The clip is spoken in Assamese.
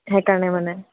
সেইকাৰণে মানে